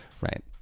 Right